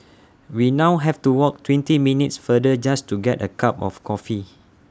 we now have to walk twenty minutes further just to get A cup of coffee